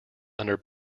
under